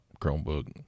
Chromebook